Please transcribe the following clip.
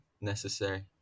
necessary